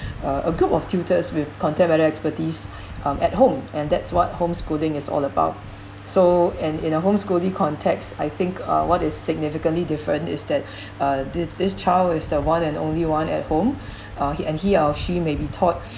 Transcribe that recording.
uh a group of tutors with content matter expertise um at home and that's what homeschooling is all about so and in a homeschooling context I think uh what is significantly different is that uh thi~ this child is the one and only one at home uh he and he or she may be taught